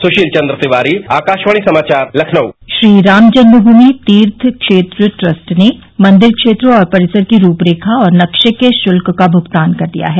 सुशील चंद्र तिवारी आकाशवाणी समाचार Lucknow Shriram Janmabhoomi Teerth Kshetra trust ने मंदिर क्षेत्र और परिसर की रूप रेखा और नक्शे के शुल्क का भुगतान कर दिया है